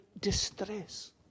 distress